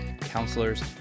counselors